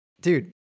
Dude